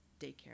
daycare